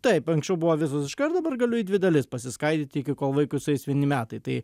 taip anksčiau buvo visos iškart dabar galiu į dvi dalis pasiskaidyti iki kol vaikui sueis vieni metai tai